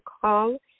call